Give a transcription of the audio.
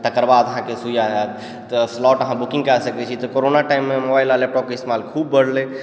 तकर बाद अहाँकेँ सुइआ होयत तऽ स्लॉट अहाँ बुकिंग कए सकैत छी जे कोरोना टाइममे मोबाइल आ लैपटॉपके इस्तेमाल खूब बढ़लय